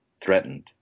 threatened